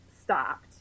stopped